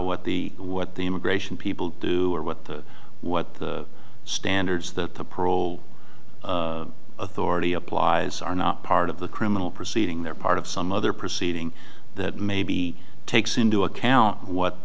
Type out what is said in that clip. what the what the immigration people do or what the what the standards that the parole authority applies are not part of the criminal proceeding they're part of some other proceeding that may be takes into account what